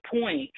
point